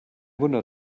wunder